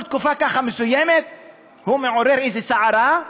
כל תקופה מסוימת הוא מעורר איזו סערה,